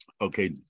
Okay